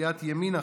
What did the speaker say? סיעת ימינה,